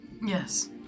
Yes